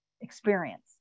experience